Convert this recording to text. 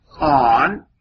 on